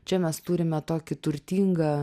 čia mes turime tokį turtingą